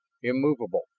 immovable,